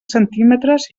centímetres